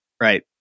right